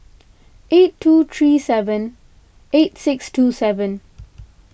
eight two three seven eight six two seven